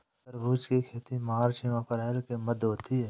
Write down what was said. तरबूज की खेती मार्च एंव अप्रैल के मध्य होती है